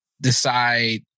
decide